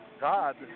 God